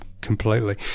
completely